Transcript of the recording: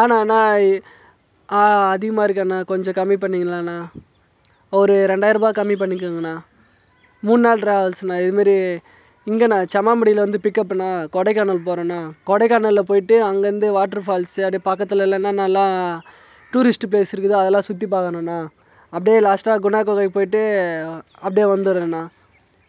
ஆனால் அண்ணா அதிகமாக இருக்கே அண்ணா கொஞ்சம் கம்மி பண்ணிக்கலாம் அண்ணா ஒரு ரெண்டாயிர ரூபா கம்மி பண்ணிக்கோங்கண்ணா மூணு நாள் ட்ராவல்ஸ்ண்ணா இதுமாரி இங்கேண்ணா சம்மாம்பட்டில வந்து பிக்கப்ண்ணா கொடைகானல் போகிறோம்ண்ணா கொடைகானலில் போகிட்டு அங்கே இருந்து வாட்ரு பால்ஸு அப்டி பக்கத்தில் என்னென்னலாம் டூரிஸ்டு ப்ளேஸ் இருக்குதோ அதெல்லாம் சுற்றி பார்க்கணும் அண்ணா அப்டி லாஸ்டாக குணா குகைக்கு போகிட்டு அப்டி வந்துடுறது அண்ணா